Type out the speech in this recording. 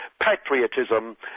patriotism